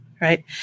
right